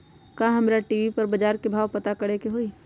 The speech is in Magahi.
का हमरा टी.वी पर बजार के भाव पता करे के होई?